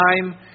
time